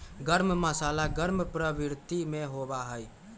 गर्म मसाला गर्म प्रवृत्ति के होबा हई